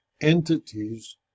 entities